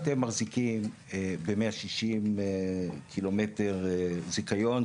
אתם מחזיקים ב- 160 קילומטר זיכיון,